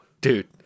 dude